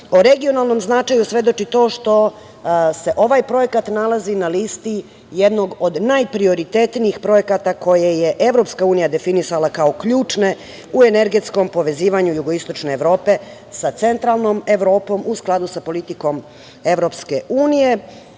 u regionalnom značaju svedoči to što se ovaj projekat nalazi na listi jednog od najprioritetnijih projekata koje je EU, definisala kao ključne u energeskom povezivanju jugoistočne Evrope, sa centralnom Evrope u skladu sa politikom EU, i